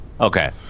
Okay